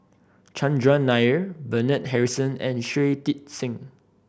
Chandran Nair Bernard Harrison and Shui Tit Sing